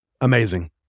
Amazing